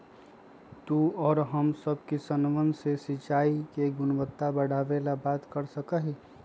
तू और हम सब किसनवन से सिंचाई के गुणवत्ता बढ़ावे ला बात कर सका ही